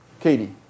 Katie